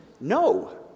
no